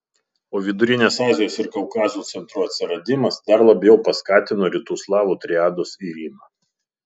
o vidurinės azijos ir kaukazo centrų atsiradimas dar labiau paskatino rytų slavų triados irimą